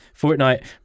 fortnite